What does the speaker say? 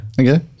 Okay